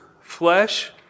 flesh